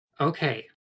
Okay